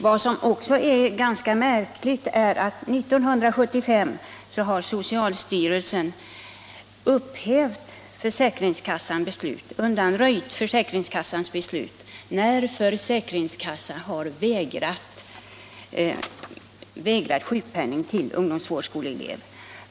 Det är också ganska märkligt att riksförsäkringsverket 1975 undanröjde försäkringskassans beslut när försäkringskassan vägrade betala sjukpenning till ungdomsvårdsskoleelev.